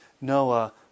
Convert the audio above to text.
Noah